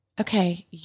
okay